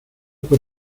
por